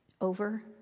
Over